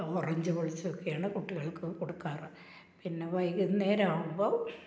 orange പൊളിച്ചുമൊക്കെയാണ് കുട്ടികള്ക്ക് കൊടുക്കാറ് പിന്നെ വൈകുന്നേരമാകുമ്പോൾ